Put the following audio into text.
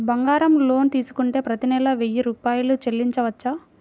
బంగారం లోన్ తీసుకుంటే ప్రతి నెల వెయ్యి రూపాయలు చెల్లించవచ్చా?